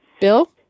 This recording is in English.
Bill